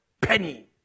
penny